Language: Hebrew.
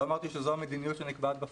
לא אמרתי שזאת המדיניות שנקבעת בפועל.